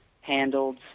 handled